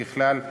ככלל,